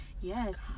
Yes